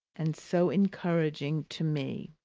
and so encouraging to me!